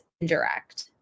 indirect